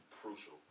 crucial